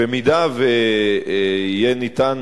במידה שיהיה ניתן